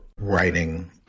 writing